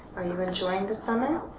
are you enjoying the summer?